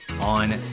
on